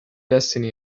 destiny